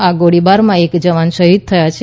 આ ગોળીબારમાં એક જવાન શહિદ થયા છે